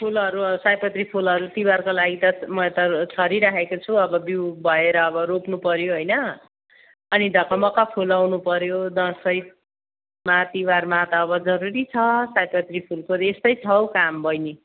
फुलहरू सयपत्री फुलहरू तिहारको लागि त म त छरिराखेको छु अब बिउ भएर अब रोप्नु पऱ्यो होइन अनि ढकमक्क फुलाउनु पऱ्यो दसैँमा तिहारमा त अब जरुरी छ सयपत्री फुलको यस्तै छ हौ काम बहिनी